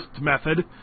method